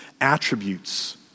attributes